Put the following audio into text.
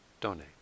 donate